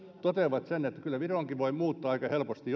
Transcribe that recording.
toteavat sen että kyllä viroonkin voi muuttaa aika helposti